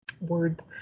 words